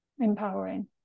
empowering